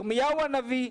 אליהו הנביא,